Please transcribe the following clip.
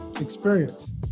experience